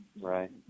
right